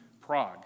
Prague